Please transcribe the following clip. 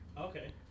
Okay